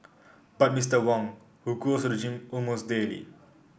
but Mister Wong who goes to the gym almost daily